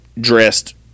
dressed